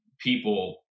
people